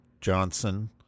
Johnson